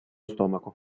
stomaco